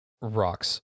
rocks